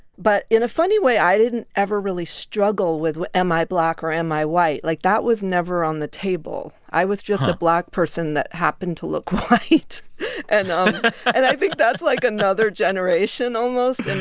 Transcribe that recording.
but in a funny way, i didn't ever really struggle with with am i black, or am i white. like that was never on the table. i was just a black person that happened to look white and um and i think that's like another generation almost.